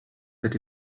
that